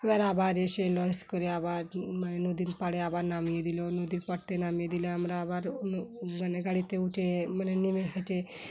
এবার আবার এসে লঞ্চ করে আবার মানে নদীর পাড়ে আবার নামিয়ে দিলো নদীর পাড়তে নামিয়ে দিলে আমরা আবার মানে গাড়িতে উঠে মানে নেমে হেঁটে